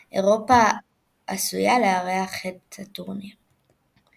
בסך הכל יעפילו לשלב